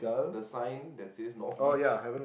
the sign that's is north beach